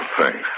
Thanks